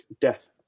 death